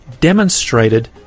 demonstrated